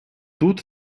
тут